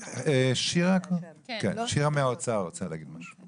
שירה מהאוצר רוצה להגיד משהו.